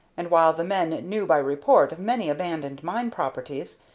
and, while the men knew by report of many abandoned mining properties,